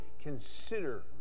consider